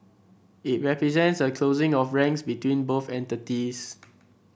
it represents a closing of ranks between both entities